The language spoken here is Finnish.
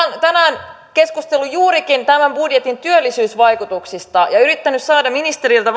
tänään keskustellut juurikin tämän budjetin työllisyysvaikutuksista ja ja yrittänyt saada ministeriltä